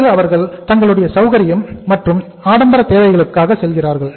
பிறகு அவர்கள் தங்களுடைய சௌகரியம் மற்றும் ஆடம்பர தேவைகளுக்காக செல்கிறார்கள்